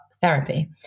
therapy